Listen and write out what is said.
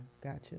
Gotcha